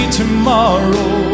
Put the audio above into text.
tomorrow